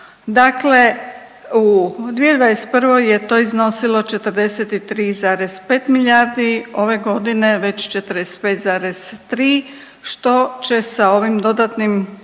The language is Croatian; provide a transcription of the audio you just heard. Dakle, u 2021. je to iznosilo 43,5 milijardi, ove godine već 45,3 što će sa ovim dodatnim